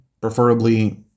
preferably